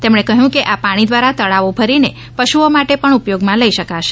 તેમણે કહ્યું કે આ પાણી દ્વારા તળાવો ભરીને પશુઓ માટે પણ ઉપયોગમાં લઈ શકાશે